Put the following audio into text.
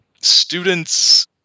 Students